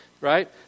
right